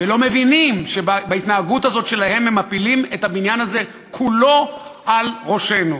ולא מבינים שבהתנהגות הזאת שלהם הם מפילים את הבניין הזה כולו על ראשנו.